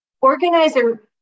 Organizer